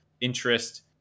interest